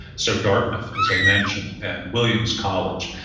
so dartmouth, as i mentioned, and williams college,